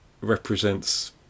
represents